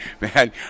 Man